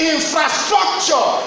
Infrastructure